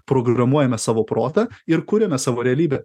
programuojame savo protą ir kuriame savo realybę